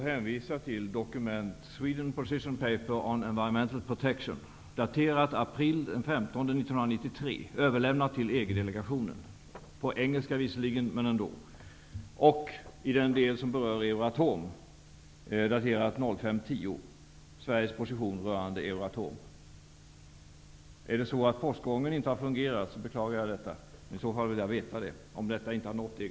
Herr talman! Låt mig hänvisa till dokumentet Protection'', daterat den 15 april 1993 och överlämnat till EG-delegationen, visserligen på engelska men ändå, och i den del som berör Euratom till dokumentet ''Sveriges position rörande Euratom'', daterat den 10 maj. Om postgången inte har fungerat beklagar jag det. I så fall vill jag veta om detta inte nått EG